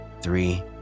three